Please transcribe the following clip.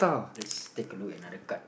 let's take a look another card